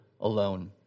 alone